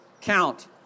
count